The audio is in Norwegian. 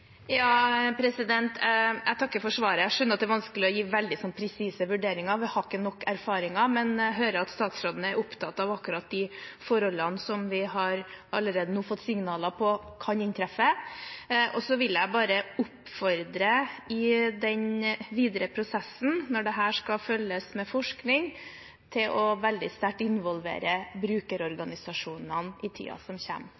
Jeg takker for svaret. Jeg skjønner at det er vanskelig å gi veldig presise vurderinger, vi har ikke nok erfaringer, men jeg hører at statsråden er opptatt av akkurat de forholdene som vi allerede nå har fått signaler om kan inntreffe. Jeg vil bare oppfordre til at man i den videre prosessen, når dette skal følges med forskning, veldig sterkt involverer brukerorganisasjonene. Så kan jo statsråden velge å